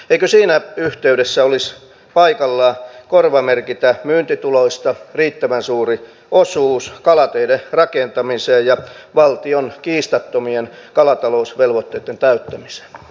eikö siinä yhteydessä olisi paikallaan korvamerkitä myyntituloista riittävän suuri osuus kalateiden rakentamiseen ja valtion kiistattomien kalatalousvelvoitteitten täyttämiseen